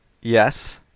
yes